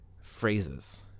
phrases